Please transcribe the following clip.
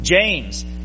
James